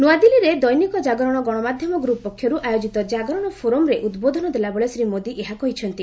ନୂଆଦିଲ୍ଲୀରେ ଦୈନିକ ଜାଗରଣ ଗଶମାଧ୍ୟମ ଗ୍ରପ ପକ୍ଷରୁ ଆୟୋଜିତ ଜାଗରଣ ଫୋରମ୍ରେ ଉଦ୍ବୋଧନ ଦେଲାବେଳେ ଶ୍ରୀ ମୋଦୀ ଏହା କହିଛନ୍ତି